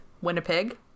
Winnipeg